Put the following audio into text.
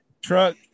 truck